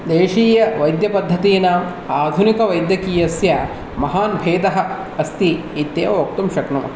देशीयवैद्यपद्धतीनाम् आधुनिकवैद्यकीयस्य महान् भेदः अस्ति इत्येव वक्तुं शक्नुमः